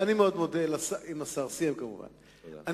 אני מאוד מודה לכבוד השר.